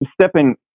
stepping